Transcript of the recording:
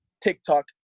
TikTok